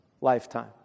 lifetime